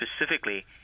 specifically